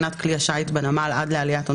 לתקופה מתוכננת של מעל 72 שעות - הוא קיבל אישור על